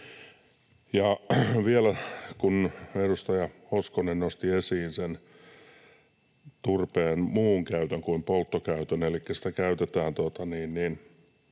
Edustaja Hoskonen nosti esiin turpeen muun käytön kuin polttokäytön,